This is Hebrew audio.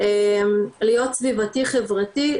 להיות סביבתי-חברתי.